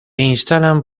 instalan